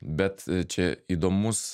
bet a čia įdomus